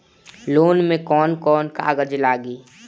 Loan में कौन कौन कागज लागी?